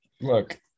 look